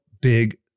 big